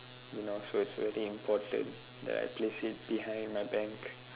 you know so it's very important that I place it behind my bank